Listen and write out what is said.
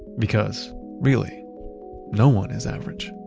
because really no one is average